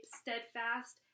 steadfast